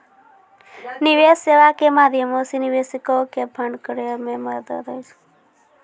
निवेश सेबा के माध्यमो से निवेशको के फंड करै मे मदत होय छै